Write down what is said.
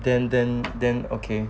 then then then okay